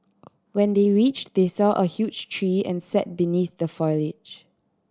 when they reached they saw a huge tree and sat beneath the foliage